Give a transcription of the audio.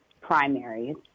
primaries